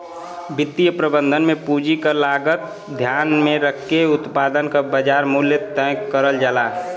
वित्तीय प्रबंधन में पूंजी क लागत ध्यान में रखके उत्पाद क बाजार मूल्य तय करल जाला